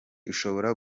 ushobora